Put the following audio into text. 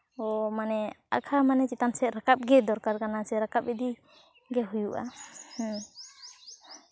ᱢᱟᱱᱮ ᱟᱸᱠᱷᱟᱣ ᱢᱟᱱᱮ ᱪᱮᱛᱟᱱ ᱥᱮᱫ ᱨᱟᱠᱟᱵ ᱜᱮ ᱫᱚᱨᱠᱟᱨ ᱠᱟᱱᱟ ᱥᱮ ᱨᱟᱠᱟᱵᱽ ᱤᱫᱤ ᱜᱮ ᱦᱩᱭᱩᱜᱼᱟ ᱦᱮᱸ